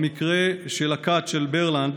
במקרה של הכת של ברלנד,